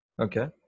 Okay